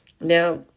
Now